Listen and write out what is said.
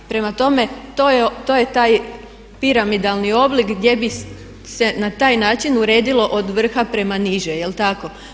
Prema tome, to je taj piramidalni oblik gdje bi se na taj način uredilo od vrha prema niže jel' tako.